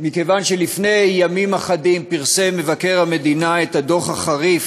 מכיוון שלפני ימים אחדים פרסם מבקר המדינה את הדוח החריף